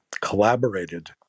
collaborated